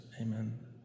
Amen